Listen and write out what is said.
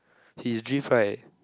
his drift right